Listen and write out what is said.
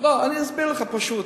אני אסביר לך, פשוט: